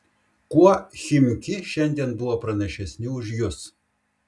kuo chimki šiandien buvo pranašesni už jus